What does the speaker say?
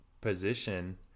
position